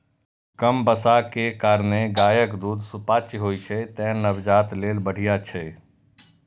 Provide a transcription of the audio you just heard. कम बसा के कारणें गायक दूध सुपाच्य होइ छै, तें नवजात लेल बढ़िया छै